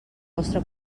vostra